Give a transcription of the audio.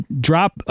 drop